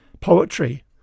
poetry